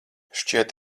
šķiet